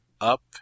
up